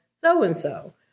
so-and-so